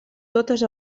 totes